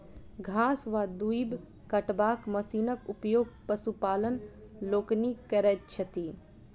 घास वा दूइब कटबाक मशीनक उपयोग पशुपालक लोकनि करैत छथि